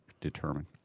determine